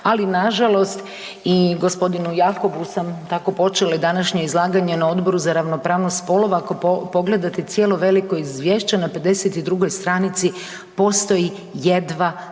ali nažalost i gospodinu Jakobu sam tako počela i današnje izlaganje na Odboru za ravnopravnost spolova ako pogledate cijelo veliko izvješće na 52. drugoj stranici postoji jedva 9